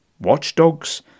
watchdogs